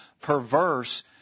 perverse